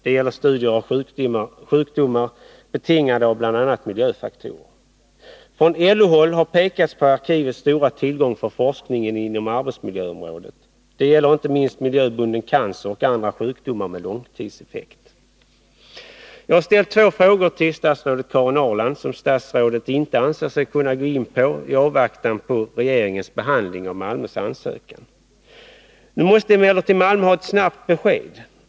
Det gäller studier av sjukdomar betingade av bl.a. miljöfaktorer. Från LO-håll har pekats på att arkivet utgör en stor tillgång för forskningen inom arbetsmiljöområdet. Det gäller inte minst miljöbunden cancer och andra sjukdomar med långtidseffekt. Jag har ställt två frågor till statsrådet Karin Ahrland, som hon inte anser sig kunna gå in på i avvaktan på regeringens behandling av ansökan från Malmö. Nu måste emellertid Malmö ha ett snabbt besked.